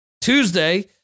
Tuesday